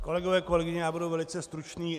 Kolegové, kolegyně, budu velice stručný.